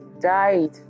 died